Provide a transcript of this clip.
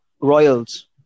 Royals